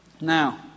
Now